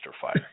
fire